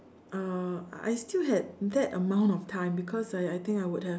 uh I still had that amount of time because I think I I would have